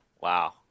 wow